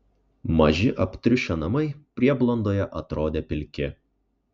maži aptriušę namai prieblandoje atrodė pilki